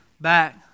back